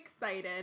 excited